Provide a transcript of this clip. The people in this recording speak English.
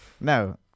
No